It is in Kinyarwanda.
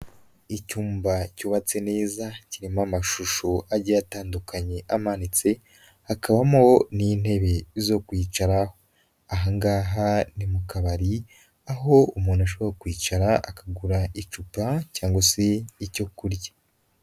Icyumba cyubatse neza kirimo amashusho agiye atandukanye amanitse hakabamo n'intebe zo kwicara ahangaha ni mu kabari aho umuntu ashobora kwicara akagura icupa cyangwa se icyo kurya.